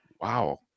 Wow